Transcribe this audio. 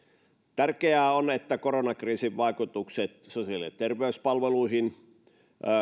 tärkeää on että koronakriisin vaikutukset sosiaali ja terveyspalveluihin